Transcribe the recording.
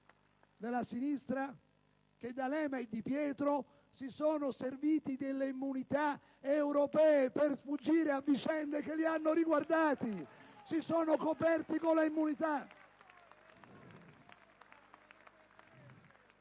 della sinistra che D'Alema e Di Pietro si sono serviti delle immunità europee per sfuggire a vicende che li hanno riguardati! *(Applausi